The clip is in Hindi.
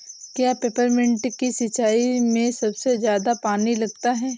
क्या पेपरमिंट की सिंचाई में सबसे ज्यादा पानी लगता है?